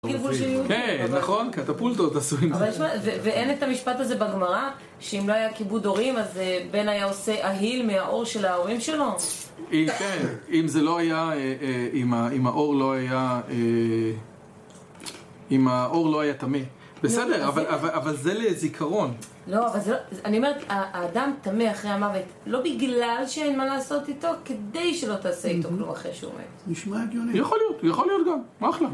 כן, נכון, קטפולטות עשוים ואין את המשפט הזה בגמרא שאם לא היה כיבוד הורים אז בן היה עושה אהיל מהעור של ההורים שלו אם כן אם זה לא היה אם העור לא היה אם האור לא היה טמא בסדר, אבל זה לזיכרון לא, אני אומרת האדם טמא אחרי המוות לא בגלל שאין מה לעשות איתו כדי שלא תעשה איתו כלום אחרי שהוא מת יכול להיות, יכול להיות גם, אחלה